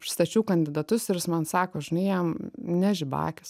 išstačiau kandidatus ir jis man sako žinai jam nežiba akys